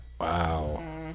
Wow